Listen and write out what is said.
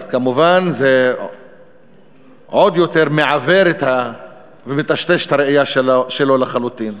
אז כמובן זה עוד יותר מעוור ומטשטש את הראייה שלו לחלוטין.